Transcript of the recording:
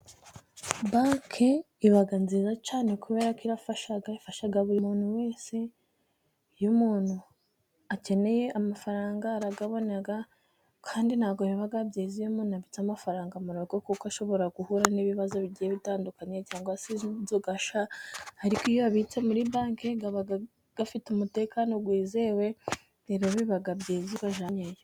Banki iba nziza cyane kubera ko ifasha buri muntu wese. Iyo umuntu akeneye amafaranga arayabona kandi ntabwo biba byiza iyo umuntu yabitse amafaranga mu rugo kuko ashobora guhura n'ibibazo bigiye bitandukanye cyangwa se inzoga sha! Ariko iyo abitsa muri banki aba afite umutekano wizewe rero biba byiza iyo uyajyanyeyo.